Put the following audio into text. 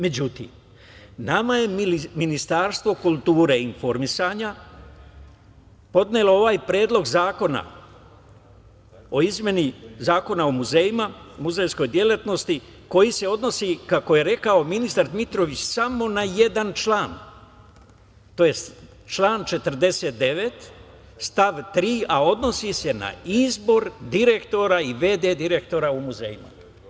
Međutim, nama je Ministarstvo kulture i informisanja podnelo ovaj Predlog zakona o izmeni Zakona o muzejima, muzejskoj delatnosti, koji se odnosi, kako je rekao ministar Dmitrović, samo na jedan član, tj. član 49. stav 3. a odnosi se na izbor direktora i v.d. direktora u muzejima.